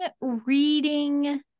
reading